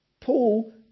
Paul